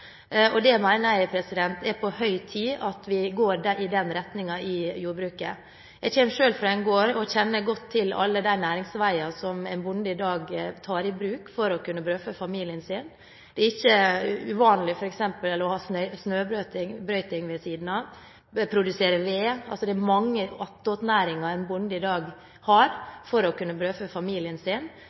og jeg mener det er på høy tid at vi i jordbruket går i den retningen. Jeg kommer selv fra en gård og kjenner godt til alle de næringsveiene som en bonde i dag tar i bruk for å kunne brødfø familien sin. Det er f.eks. ikke uvanlig å ha snøbrøyting ved siden av, produsere ved, altså er det mange attåtnæringer en bonde i dag har for å kunne